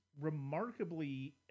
remarkably